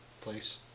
place